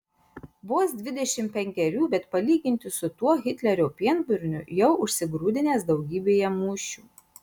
vos dvidešimt penkerių bet palyginti su tuo hitlerio pienburniu jau užsigrūdinęs daugybėje mūšių